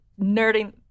nerding